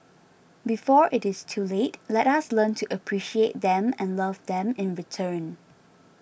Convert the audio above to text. before it is too late let us learn to appreciate them and love them in return